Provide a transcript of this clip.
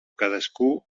cadascú